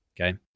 Okay